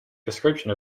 description